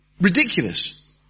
ridiculous